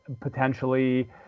potentially